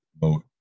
vote